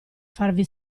farvi